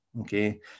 Okay